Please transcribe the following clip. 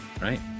right